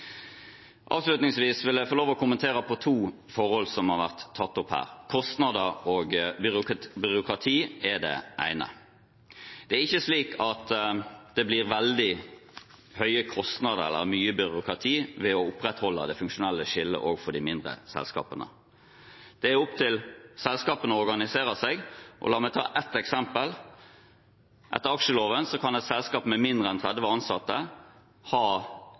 Avslutningsvis vil jeg få lov til å kommentere to forhold som har vært tatt opp her. Kostnader og byråkrati er det ene. Det er ikke slik at det blir veldig høye kostnader eller mye byråkrati av å opprettholde det funksjonelle skillet òg for de mindre selskapene. Det er opp til selskapene å organisere seg. La meg ta ett eksempel. Etter aksjeloven kan et selskap med mindre enn 30 ansatte ha